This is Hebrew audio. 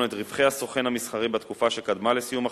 את רווחי הסוכן המסחרי בתקופה שקדמה לסיום החוזה,